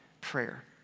prayer